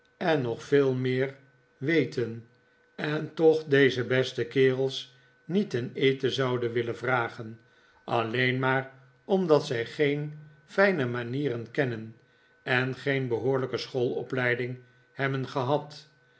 en nog veel meer weten en toch deze beste kerels niet ten eten zouden willen vragen alleen maar omdat zij geen fijne manieren kennen en geen behoorlijke schoolopleiding hebben gehad